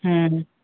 ହଁ ହଁ